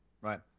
Right